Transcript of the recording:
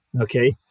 Okay